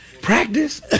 Practice